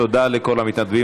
תודה לכל המתנדבים.